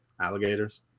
Alligators